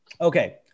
okay